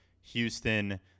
Houston